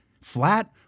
flat